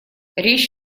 речь